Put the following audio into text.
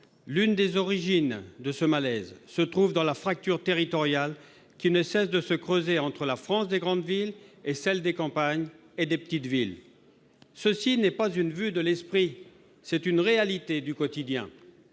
L'une des origines de ce malaise se trouve dans la fracture territoriale, qui ne cesse de se creuser entre la France des grandes villes et celle des campagnes et des petites villes. Ce n'est pas une vue de l'esprit, c'est une réalité du quotidien.